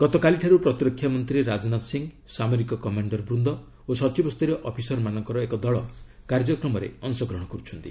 ଗତକାଲିଠାରୁ ପ୍ରତିରକ୍ଷା ମନ୍ତ୍ରୀ ରାଜନାଥ ସିଂହ ସାମରିକ କମାଣ୍ଡର୍ ବୁନ୍ଦ ଓ ସଚିବସ୍ତରୀୟ ଅଫିସରମାନଙ୍କ ଏକ ଦଳ କାର୍ଯ୍ୟକ୍ରମରେ ଅଂଶଗ୍ରହଣ କରୁଛନ୍ତି